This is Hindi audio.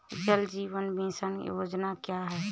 जल जीवन मिशन योजना क्या है?